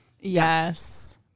Yes